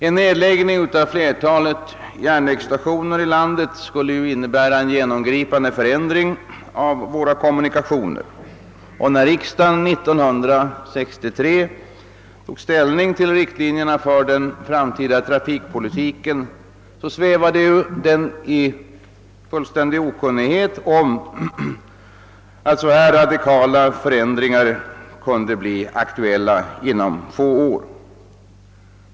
En nedläggning av flertalet järnvägsstationer i landet skulle innebära en genomgripande förändring av våra kommunikationer. När riksdagen 1963 tog ställning till riktlinjerna för den framtida trafikpolitiken svävade den i fullständig okunnighet om att så här radikala förändringar kunde bli aktuella inom få år.